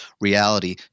reality